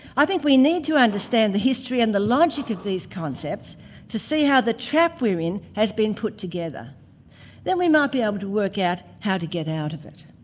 i think we need to understand the history and the logic of these concepts to see how the trap we're in has been put together then we might be able to work out how to get out of it.